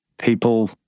People